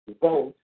vote